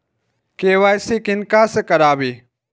KYC किनका से कराबी?